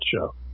show